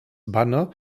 banner